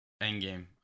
Endgame